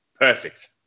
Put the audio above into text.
Perfect